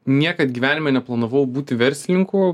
niekad gyvenime neplanavau būti verslininku